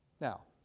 now,